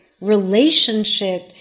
relationship